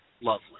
Lovely